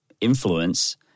influence